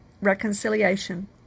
reconciliation